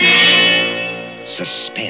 suspense